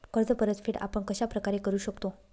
कर्ज परतफेड आपण कश्या प्रकारे करु शकतो?